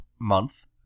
month